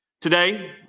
Today